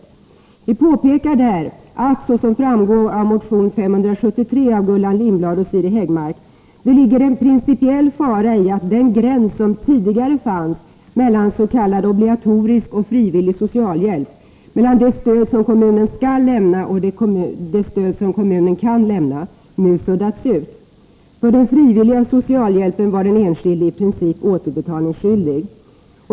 Vi har där påpekat att det, såsom framgår av motion 573 av Gullan Lindblad och Siri Häggmark, ligger en principiell fara i att den gräns som tidigare fanns mellan s.k. obligatorisk och frivillig socialhjälp — mellan det stöd kommunen skall lämna och det stöd som kommunen kan lämna — nu suddats ut. För den frivilliga socialhjälpen var den enskilde i princip återbetalningsskyldig.